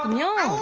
um younger